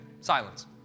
silence